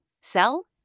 sell